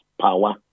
power